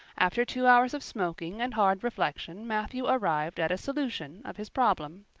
after two hours of smoking and hard reflection matthew arrived at a solution of his problem.